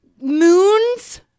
Moons